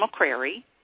McCrary